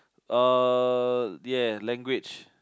uh yeah language